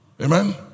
Amen